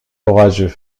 orageux